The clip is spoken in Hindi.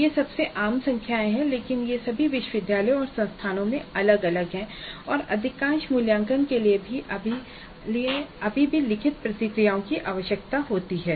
ये सबसे आम संख्याएं हैं लेकिन ये सभी विश्वविद्यालयों और संस्थानों में अलग अलग हैं और अधिकांश मूल्यांकन के लिए अभी भी लिखित प्रतिक्रियाओं की आवश्यकता है